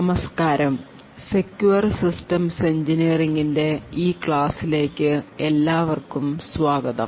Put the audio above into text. നമസ്കാരം secure systems engineering ൻറെ ഈ ക്ലാസ്സിലേക്ക് എല്ലാവർക്കും സ്വാഗതം